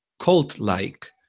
cult-like